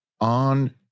on